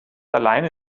alleine